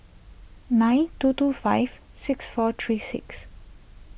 nine two two five six four three six